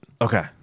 Okay